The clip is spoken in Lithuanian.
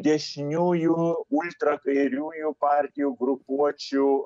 dešiniųjų ultrakairiųjų partijų grupuočių